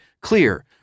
clear